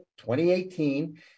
2018